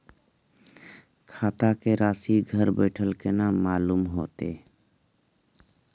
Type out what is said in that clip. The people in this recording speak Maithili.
खाता के राशि घर बेठल केना मालूम होते?